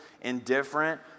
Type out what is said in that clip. indifferent